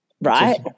Right